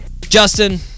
Justin